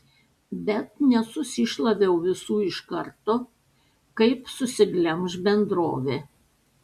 bet nesusišlaviau visų iš karto kaip susiglemš bendrovė